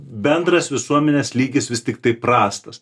bendras visuomenės lygis vis tiktai prastas